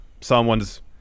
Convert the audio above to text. someone's